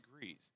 degrees